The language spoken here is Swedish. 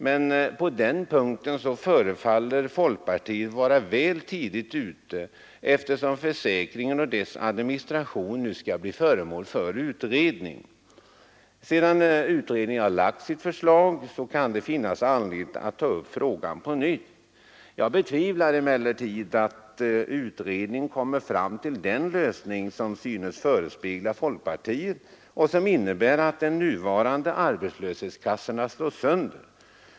Men på den punkten förefaller folkpartiet vara väl tidigt ute, eftersom försäkringen och dess administration nu skall bli föremål för utredning. Sedan utredningen lagt fram sitt förslag kan det finnas anledning att ta upp frågan på nytt. Jag betvivlar emellertid att utredningen kommer fram till den lösning som synes förespegla folkpartiet och som innebär att de nuvarande arbetslöshetskassorna slås sönder.